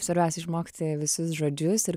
svarbiausia išmokti visus žodžius ir